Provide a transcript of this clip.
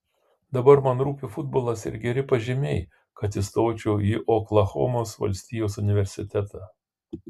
dabar man rūpi futbolas ir geri pažymiai kad įstočiau į oklahomos valstijos universitetą